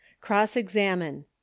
Cross-examine